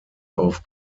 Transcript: auf